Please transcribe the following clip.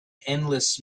endless